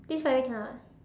this Friday cannot